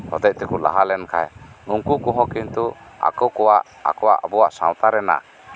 ᱦᱚᱛᱮᱡ ᱛᱮᱠᱚ ᱞᱟᱦᱟ ᱞᱮᱱᱠᱷᱟᱱ ᱩᱱᱠᱩ ᱠᱚ ᱦᱚᱸ ᱠᱤᱱᱛᱩ ᱟᱠᱚᱣᱟᱜ ᱥᱟᱶᱛᱟᱨᱮ ᱨᱮᱱᱟᱜ